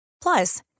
Plus